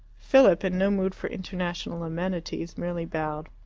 philip, in no mood for international amenities, merely bowed.